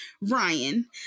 ryan